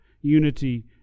unity